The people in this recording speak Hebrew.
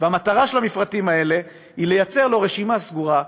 והמטרה של המפרטים האלה היא לייצר לו רשימה סגורה,